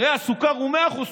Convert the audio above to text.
הרי הסוכר הוא 100% סוכר,